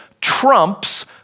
trumps